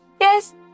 Yes